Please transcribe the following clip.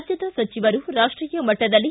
ರಾಜ್ಯದ ಸಚಿವರು ರಾಷ್ಟೀಯ ಮಟ್ಟದಲ್ಲಿ